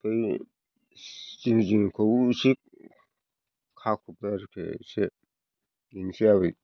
बै जिं जिंखौ एसे खाखबबाय आरोखि एसे बेनोसै आरो